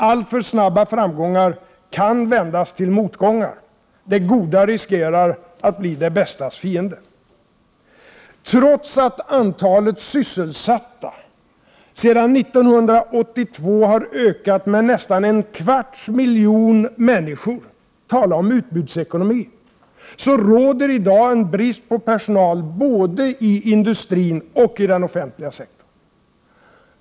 Alltför snabba framgångar kan vändas till motgångar. Det goda riskerar att bli det bästas fiende. Trots att antalet sysselsatta sedan 1982 har ökat med nästan en kvarts miljon människor — tala om utbudsekonomi! — råder i dag brist på personal både i industrin och i den offentliga sektorn.